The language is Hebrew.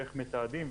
ואיך מתעדים,